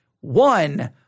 one